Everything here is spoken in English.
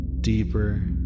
deeper